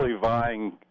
vying